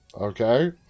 okay